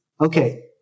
okay